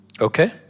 Okay